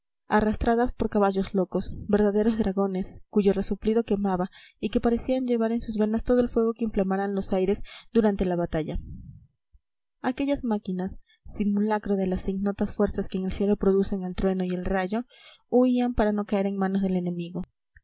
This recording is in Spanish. arrastradas por caballos locos verdaderos dragones cuyo resoplido quemaba y que parecían llevar en sus venas todo el fuego que inflamara los aires durante la batalla aquellas máquinas simulacro de las ignotas fuerzas que en el cielo producen el trueno y el rayo huían para no caer en manos del enemigo